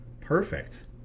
perfect